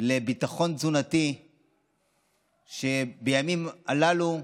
לביטחון תזונתי בימים הללו,